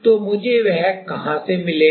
तो मुझे वह कहाँ से मिलेगा